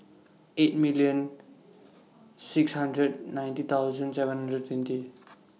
eight million six hundred ninety thousand seven hundred twenty